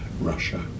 Russia